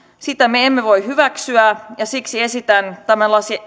sitä me emme voi hyväksyä ja siksi esitän tämän